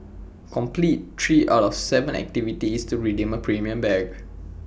complete three out of Seven activities to redeem A premium bag